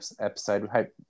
episode